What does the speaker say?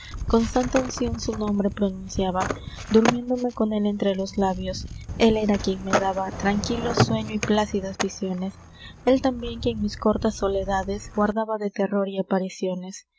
con santa uncion su nombre pronunciaba durmiéndome con él entre los labios él era quien me daba tranquilo sueño y plácidas visiones él tambien quien mis cortas soledades guardaba de terror y apariciones